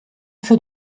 für